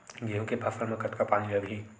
गेहूं के फसल म कतका पानी लगही?